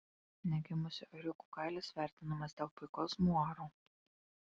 negimusių ėriukų kailis vertinamas dėl puikaus muaro